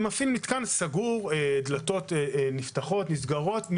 הוא מפעיל מתקן סגור עם דלתות נפתחות ונסגרות.